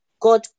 God